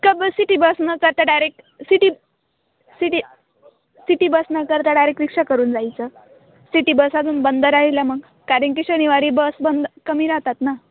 क bus city bus न करता direct city city city bus न करता डायरेक रिक्षा करून जायचं सिटी बस अजून बंद राहिलं मग कारणकी शनिवारी बस बंद कमी राहतात ना